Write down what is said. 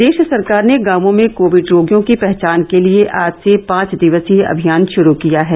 प्रदेश सरकार ने गांवों में कोविड रोगियों की पहचान के लिए आज से पांच दिवसीय अभियान श्रू किया है